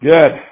Good